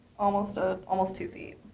almost ah almost two feet.